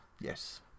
Yes